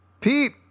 Pete